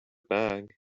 bag